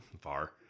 far